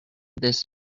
this